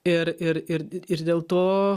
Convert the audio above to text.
ir ir ir ir dėl to